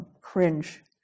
cringe